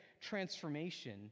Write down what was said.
transformation